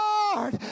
Lord